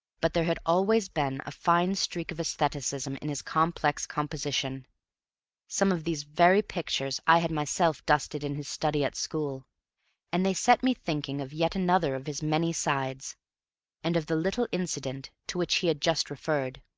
but there had always been a fine streak of aestheticism in his complex composition some of these very pictures i had myself dusted in his study at school and they set me thinking of yet another of his many sides and of the little incident to which he had just referred.